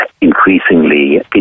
increasingly